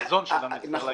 החזון של --- נכון.